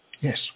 Yes